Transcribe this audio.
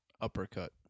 uppercut